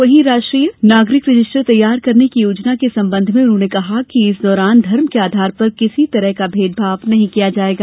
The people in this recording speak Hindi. वहीं राष्ट्रीय नागरिक रजिस्टर तैयार करने की योजना के संबंध में उन्होंने बताया कि इस दौरान धर्म के आधार पर किसी तरह का भेदभाव नहीं किया जाएगा